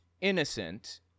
innocent